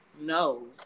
no